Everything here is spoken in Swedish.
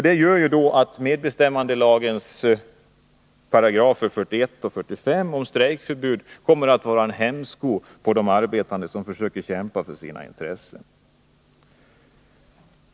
Det gör att medbestämmandelagens paragrafer 41 och 45 om strejkförbud kommer att vara en hämsko på de arbetande som försöker kämpa för sina intressen.